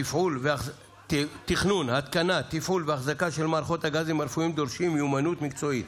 תפעול ואחזקה של מערכות הגזים הרפואיים דורשים מיומנות מקצועית,